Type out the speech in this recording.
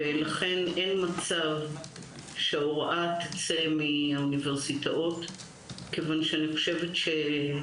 לכן אין מצב שההוראה תצא מהאוניברסיטאות כיוון שכל